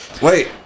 Wait